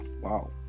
Wow